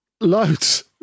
Loads